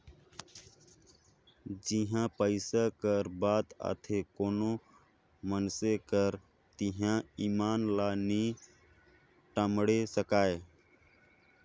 जिहां पइसा कर बात आथे कोनो मइनसे कर तिहां ईमान ल नी टमड़े सकाए